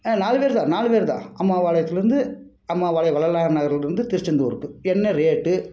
ஆ நாலு பேர்தான் நாலு பேர்தான் அம்மாபாளையத்துலேந்து அம்மாபாளையம் வள்ளலார் நகர்லேந்து திருச்செந்தூருக்கு என்ன ரேட்டு